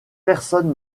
personne